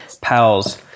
pals